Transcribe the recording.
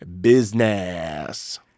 Business